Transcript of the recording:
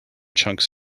chunks